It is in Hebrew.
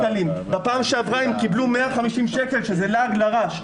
בפעם שעברה הם קיבלו 150 שקלים שזה לעג לרש.